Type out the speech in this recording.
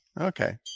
okay